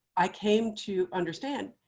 i came to understand,